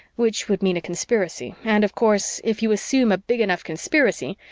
which would mean a conspiracy, and, of course, if you assume a big enough conspiracy,